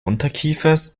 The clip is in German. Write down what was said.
unterkiefers